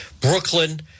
Brooklyn